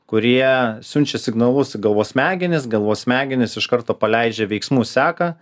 kurie siunčia signalus į galvos smegenis galvos smegenys iš karto paleidžia veiksmų seką